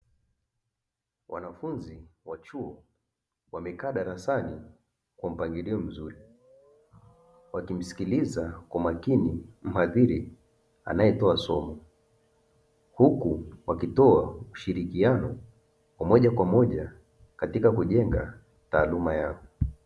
Wanafunzi wa chuo wamekaa darasani kwa mpangilio mzuri, wakimsikiliza kwa makini mhadhiri anayetoa somo; huku wakitoa ushirikiano wa moja kwa moja katika kujenga taaluma yao.